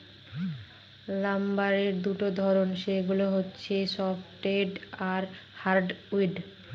লাম্বারের দুটা ধরন, সেগুলো হচ্ছে সফ্টউড আর হার্ডউড